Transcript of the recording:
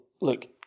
look